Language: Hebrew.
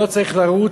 ולא צריך לרוץ,